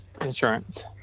insurance